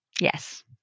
Yes